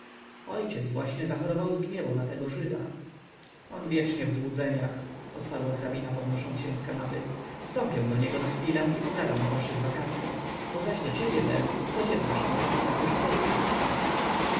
ojciec właśnie zachorował z gniewu na tego żyda on wiecznie w złudzeniach odparła hrabina podnosząc się z kanapy wstąpię do niego na chwilę i pogadam o waszych wakacyach co zaś do ciebie belu spodziewam się że potrafisz skorzystać z czasu